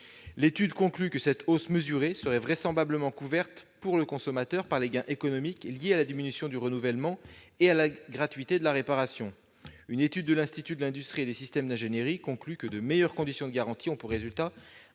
L'étude conclut que cette hausse mesurée serait vraisemblablement couverte, pour le consommateur, par les gains économiques liés à la diminution du renouvellement et à la gratuité de la réparation. Une étude de l'Institut de l'industrie et des systèmes dingénierie conclut pour sa part que « de meilleures conditions de garantie ont pour résultat